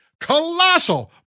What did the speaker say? colossal